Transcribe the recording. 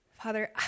Father